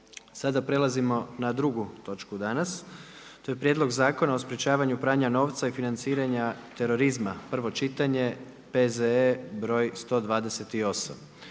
**Jandroković, Gordan (HDZ)** Prijedlog zakona o sprečavanju pranja novca i financiranja terorizma, prvo čitanje, P.Z.E. broj 128,